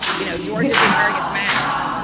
you know, george isn't wearing his mask.